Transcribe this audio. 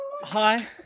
Hi